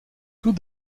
tout